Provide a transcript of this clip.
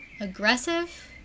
aggressive